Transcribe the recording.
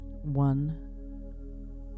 One